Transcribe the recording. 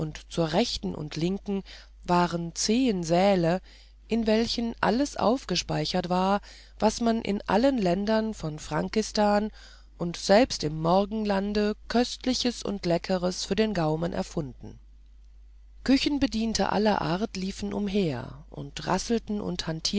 zur rechten und linken waren zehen säle in welchen alles aufgespeichert war was man in allen ländern von frankistan und selbst im morgenlande köstliches und leckeres für den gaumen erfunden küchenbedienten aller art liefen umher und rasselten